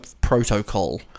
Protocol